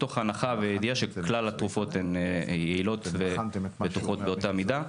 מתוך הנחה וידיעה שכלל התרופות יעילות ובטוחות באותה מידה.